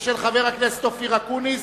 ושל חבר הכנסת אופיר אקוניס,